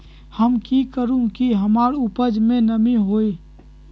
हम की करू की हमार उपज में नमी होए?